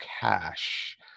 cash